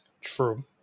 true